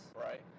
Right